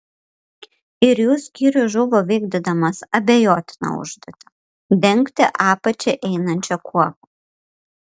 ir jų skyrius žuvo vykdydamas abejotiną užduotį dengti apačia einančią kuopą